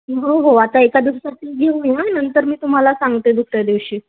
हो हो आता एका दिवसासाठी घेऊन या नंतर मी तुम्हाला सांगते दुसऱ्या दिवशी